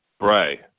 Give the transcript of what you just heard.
Bray